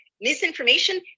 misinformation